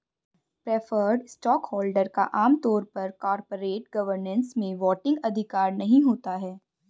preferred stockholder का आम तौर पर कॉरपोरेट गवर्नेंस में वोटिंग अधिकार नहीं होता है